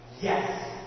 Yes